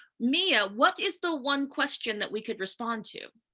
mia, what is the one question that we could respond to,